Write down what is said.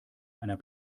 einer